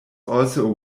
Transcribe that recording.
also